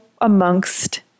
amongst